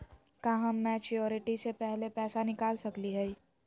का हम मैच्योरिटी से पहले पैसा निकाल सकली हई?